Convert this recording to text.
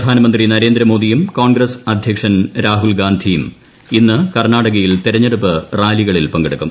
പ്രധാനമന്ത്രി നരേന്ദ്രമോദിയും കോൺഗ്രസ് അധ്യക്ഷൻ രാഹുൽഗാന്ധിയും ഇന്ന് കർണാടകയിൽ തെരഞ്ഞെടുപ്പ് റാലികളിൽ പങ്കെടുക്കും